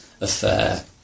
affair